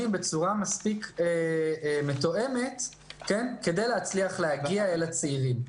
בצורה מספיק מתואמת כדי להצליח להגיע אל הצעירים.